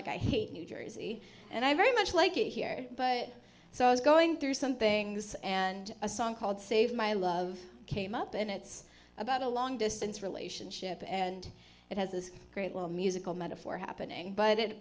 like i hate new jersey and i very much like it here but so i was going through some things and a song called save my love came up and it's about a long distance relationship and it has this great little musical metaphor happening but it